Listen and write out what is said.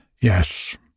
Yes